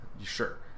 Sure